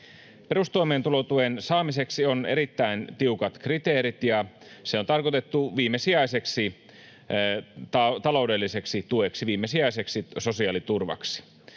Perustoimeentulotuen saamiseksi on erittäin tiukat kriteerit, ja se on tarkoitettu viimesijaiseksi taloudelliseksi tueksi, viimesijaiseksi sosiaaliturvaksi.